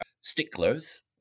sticklers